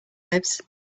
lives